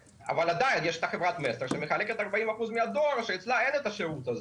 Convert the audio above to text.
עדיין יש את חברת מסר שמחלקת 40 אחוזים מהדואר ואצלה אין את השירות הזה.